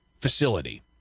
facility